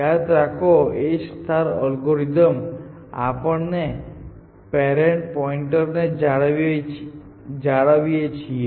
યાદ રાખો કે A અલ્ગોરિધમમાં આપણે પેરેન્ટ પોઇન્ટરને જાળવીએ છીએ